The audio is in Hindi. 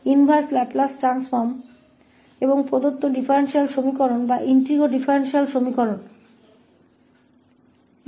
तो यह इनवर्स लाप्लास ट्रांसफॉर्म और दिए गए डिफरेंशियल एक्वेशन या इंटेग्रो डिफरेंशियल एक्वेशन का समाधान है